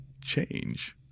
change